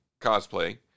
cosplay